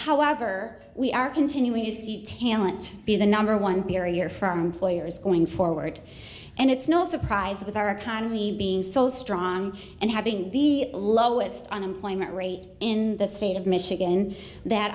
however we are continuing to see talent be the number one barrier for our employers going forward and it's no surprise with our economy being so strong and having the lowest unemployment rates in the state of michigan that